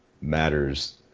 matters